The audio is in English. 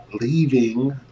leaving